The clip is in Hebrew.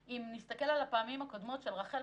אם נסתכל על הפעמים הקודמות של רח"ל,